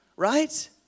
Right